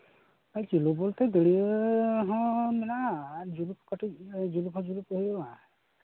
ᱳᱭ ᱪᱳᱞᱳ ᱵᱚᱞᱛᱮ ᱫᱩᱲᱩᱵᱟᱜ ᱦᱚᱸ ᱢᱮᱱᱟᱜᱼᱟ ᱟᱨ ᱡᱩᱞᱩᱯ ᱠᱟᱹᱴᱤᱡ ᱡᱩᱞᱩᱯ ᱦᱚᱸ ᱡᱩᱞᱩᱯᱚᱜ ᱦᱩᱭᱩᱜᱼᱟ